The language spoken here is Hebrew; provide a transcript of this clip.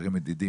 דברים מדידים,